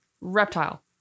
reptile